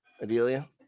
Adelia